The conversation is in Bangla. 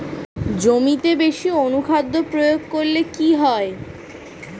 জমিতে বেশি অনুখাদ্য প্রয়োগ করলে কি হয়?